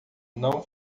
não